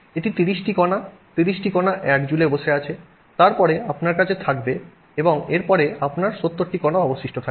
এটি 30 টি কণা 30 টি কণা 1 জুলে বসে আছে তারপরে আপনার কাছে থাকবে এবং এরপরে আপনার 70 টি কণা অবশিষ্ট থাকবে